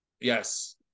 Yes